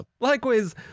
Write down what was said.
likewise